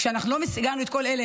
כשאנחנו לא משיגים את כל אלה,